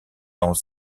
dans